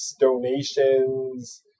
donations